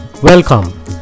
Welcome